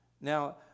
Now